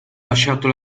lasciato